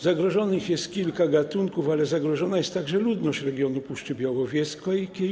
Zagrożonych jest kilka gatunków, ale zagrożona jest także ludność regionu Puszczy Białowieskiej.